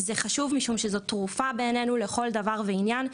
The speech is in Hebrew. זה חשוב משום שזו תרופה בעניינו לכל דבר ועניין,